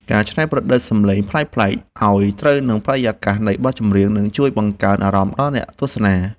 ការច្នៃប្រឌិតសំឡេងប្លែកៗឱ្យត្រូវនឹងបរិយាកាសនៃបទចម្រៀងនឹងជួយបង្កើនអារម្មណ៍ដល់អ្នកទស្សនា។